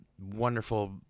wonderful